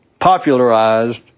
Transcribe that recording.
popularized